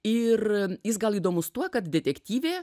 ir jis gal įdomus tuo kad detektyvė